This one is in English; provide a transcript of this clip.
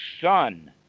son